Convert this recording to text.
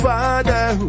Father